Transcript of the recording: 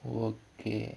okay